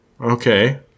Okay